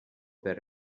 per